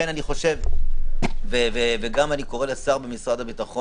אני קורא לשר מיכאל ביטון במשרד הביטחון